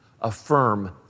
Affirm